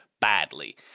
badly